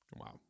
Wow